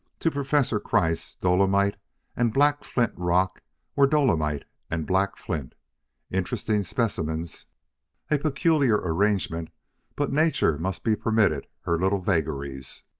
to professor kreiss dolomite and black flint rock were dolomite and black flint interesting specimens a peculiar arrangement but nature must be permitted her little vagaries.